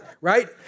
Right